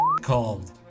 called